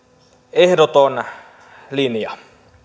ehdoton linja